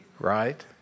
right